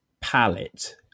palette